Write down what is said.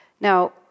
Now